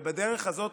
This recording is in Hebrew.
ובדרך הזאת,